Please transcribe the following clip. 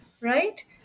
right